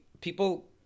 people